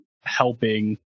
helping